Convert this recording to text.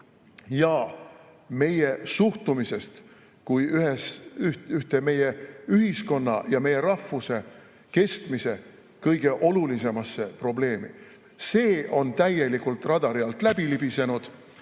ja meie suhtumisest sellesse kui ühte meie ühiskonna ja meie rahvuse kestmise kõige olulisemasse probleemi. See on täielikult radari alt läbi libisenud,